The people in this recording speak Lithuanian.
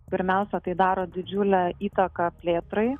pirmiausia tai daro didžiulę įtaką plėtrai